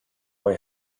boy